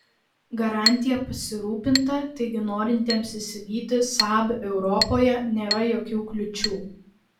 garantija pasirūpinta taigi norintiems įsigyti saab europoje nėra jokių kliūčių